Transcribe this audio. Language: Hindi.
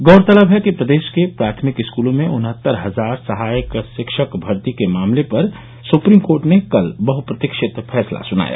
गौस्तलब है कि प्रदेश के प्राथमिक स्कूलों में उन्हत्तर हजार सहायक शिक्षक भर्ती के मामले पर सुप्रीम कोर्ट ने कल बहुप्रतीक्षित फैसला सुनाया